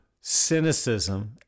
cynicism